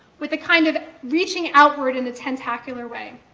with a kind of reaching outward in a tentacular way.